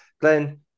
Glenn